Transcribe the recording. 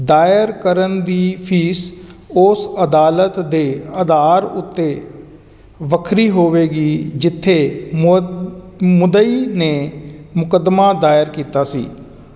ਦਾਇਰ ਕਰਨ ਦੀ ਫੀਸ ਉਸ ਅਦਾਲਤ ਦੇ ਅਧਾਰ ਉੱਤੇ ਵੱਖਰੀ ਹੋਵੇਗੀ ਜਿੱਥੇ ਮੋ ਮੁਦਈ ਨੇ ਮੁਕੱਦਮਾ ਦਾਇਰ ਕੀਤਾ ਸੀ